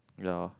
ya